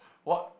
what